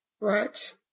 Right